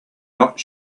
not